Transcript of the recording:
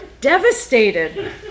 devastated